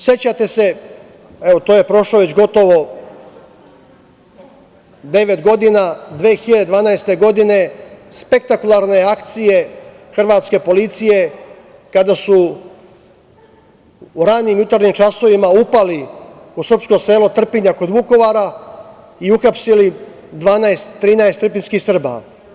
Sećate se, prošlo je gotovo devet godina, 2012. godine, spektakularne akcije hrvatske policije kada su u ranim jutarnjim časovima upali u srpsko selo Trpinja kod Vukovara i uhapsili 12, 13 trpinjskih Srba.